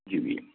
जी भैया